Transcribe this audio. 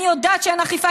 אני יודעת שאין אכיפה,